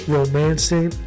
Romancing